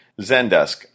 Zendesk